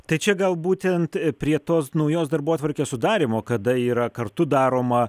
tai čia gal būtent prie tos naujos darbotvarkės sudarymo kada yra kartu daroma